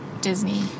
Disney